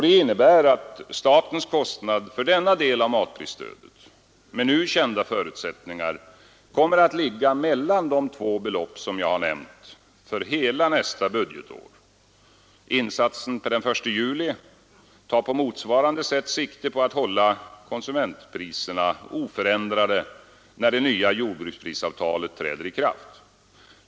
Det innebär att statens kostnad för denna del av matprisstödet, med nu kända förutsättningar, kommer att ligga mellan de två belopp som jag har nämnt för hela nästa budgetår. Insatsen per den 1 juli tar på motsvarande sätt sikte på att hålla konsumentpriserna oförändrade när det nya jordbruksprisavtalet träder i kraft.